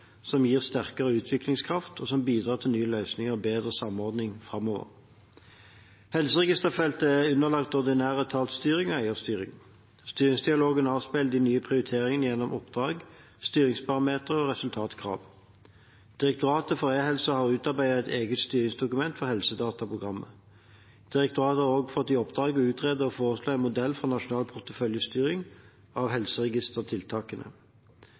som gir sterkere utviklingskraft, og som bidrar til nye løsninger og bedre samordning framover. Helseregisterfeltet er underlagt ordinær etatsstyring og eierstyring. Styringsdialogen avspeiler de nye prioriteringene gjennom oppdrag, styringsparametere og resultatkrav. Direktoratet for e-helse har utarbeidet et eget styringsdokument for Helsedataprogrammet. Direktoratet har også fått i oppdrag å utrede og foreslå en modell for nasjonal porteføljestyring av helseregistertiltakene.